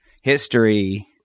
history